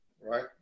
right